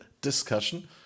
discussion